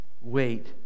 wait